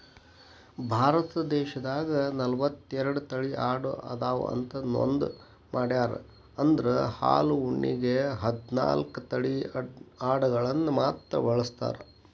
ಭಾರತ ದೇಶದಾಗ ನಲವತ್ತೆರಡು ತಳಿ ಆಡು ಅದಾವ ಅಂತ ನೋಂದ ಮಾಡ್ಯಾರ ಅದ್ರ ಹಾಲು ಉಣ್ಣೆಗೆ ಹದ್ನಾಲ್ಕ್ ತಳಿ ಅಡಗಳನ್ನ ಮಾತ್ರ ಬಳಸ್ತಾರ